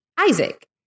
Isaac